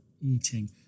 eating